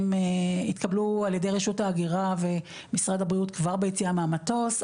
הם התקבלו עד ידי רשות ההגירה ומשרד הבריאות כבר ביציאה מהמטוס,